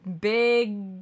Big